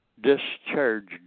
discharged